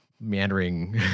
meandering